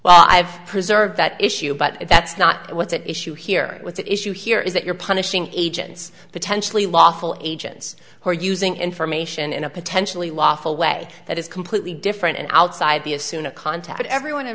i've preserved that issue but that's not what's at issue here with the issue here is that you're punishing agents potentially lawful agents who are using information in a potentially lawful way that is completely different and outside the assumed a contact everyone